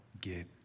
get